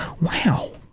Wow